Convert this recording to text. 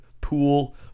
pool